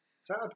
Sad